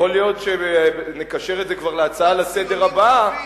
יכול להיות שאם נקשר את זה כבר להצעה לסדר-היום הבאה,